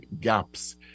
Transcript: gaps